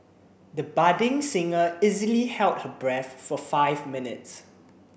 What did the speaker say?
the budding singer easily held her breath for five minutes